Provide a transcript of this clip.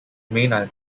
main